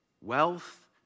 wealth